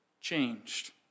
changed